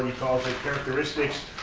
call the characteristics,